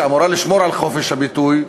שאמורה לשמור על חופש הביטוי,